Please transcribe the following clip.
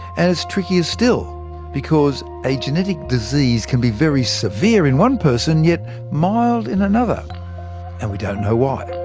and it's trickier still because a genetic disease can be very severe in one person, yet mild in another and we don't know why.